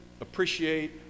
appreciate